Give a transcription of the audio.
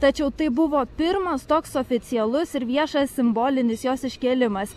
tačiau tai buvo pirmas toks oficialus ir viešas simbolinis jos iškėlimas